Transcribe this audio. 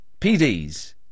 PDs